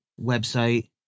website